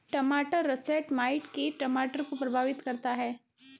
टमाटर russet mite कीट टमाटर को प्रभावित करता है